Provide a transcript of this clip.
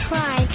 Try